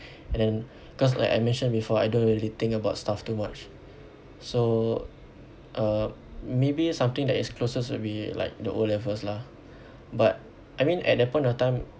and then cause like I mentioned before I don't really think about stuff too much so uh maybe something that is closest would be like the O levels lah but I mean at that point of time